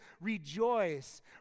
rejoice